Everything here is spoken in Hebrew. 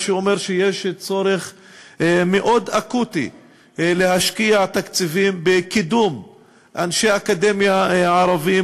מה שאומר שיש צורך מאוד אקוטי להשקיע תקציבים בקידום אנשי אקדמיה ערבים,